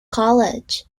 college